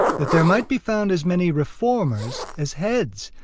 that there might be found as many reformers as heads,